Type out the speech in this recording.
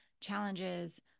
challenges